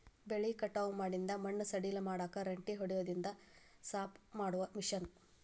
ಬೆಳಿ ಕಟಾವ ಮಾಡಿಂದ ಮಣ್ಣ ಸಡಿಲ ಮಾಡಾಕ ರೆಂಟಿ ಹೊಡದಿಂದ ಸಾಪ ಮಾಡು ಮಿಷನ್